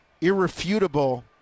irrefutable